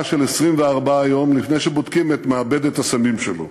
התרעה של 24 יום לפני שבודקים את מעבדת הסמים שלו.